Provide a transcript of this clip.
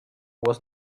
was